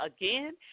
Again